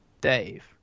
Dave